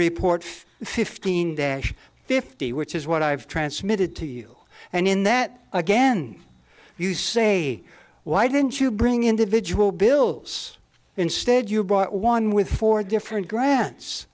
report fifteen dash fifty which is what i've transmitted to you and in that again you say why didn't you bring individual bills instead you brought one with four different